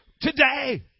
today